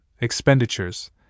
expenditures